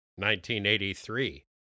1983